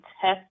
test